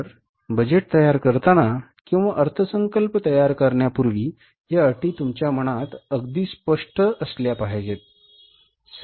तर बजेट तयार करताना किंवा अर्थसंकल्प तयार करण्यापूर्वी या अटी तुमच्या मनात अगदी स्पष्ट असल्या पाहिजेत